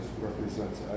represents